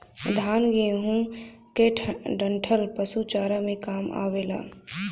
धान, गेंहू क डंठल पशु चारा में काम आवेला